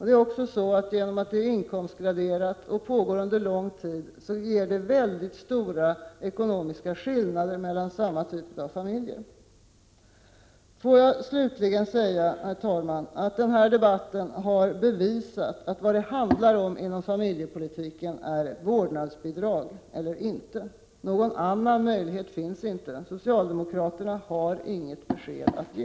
Det förhållandet att ersättningen är inkomstgraderad och utbetalas under lång tid innebär väldigt stora ekonomiska skillnader mellan familjer av samma typ. Låt mig slutligen säga, herr talman, att den här debatten har bevisat att vad det handlar om inom familjepolitiken är vårdnadsbidrag eller inte. Någon annan möjlighet finns inte. Socialdemokraterna har inget besked att ge.